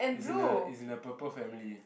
it's in the it's in the purple family